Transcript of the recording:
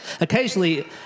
Occasionally